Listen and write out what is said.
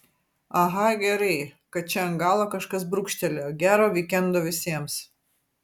aha gerai kad čia ant galo kažkas brūkštelėjo gero vykendo visiems